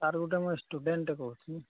sir ଗୋଟେ ମୁଇଁ ଷ୍ଟୁଡେଣ୍ଟଟେ କହୁଥିଲି